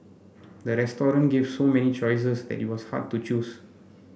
the restaurant gave so many choices that it was hard to choose